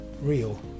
real